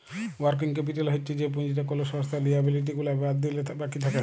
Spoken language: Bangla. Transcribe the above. ওয়ার্কিং ক্যাপিটাল হচ্ছ যে পুঁজিটা কোলো সংস্থার লিয়াবিলিটি গুলা বাদ দিলে বাকি থাক্যে